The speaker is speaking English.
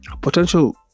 potential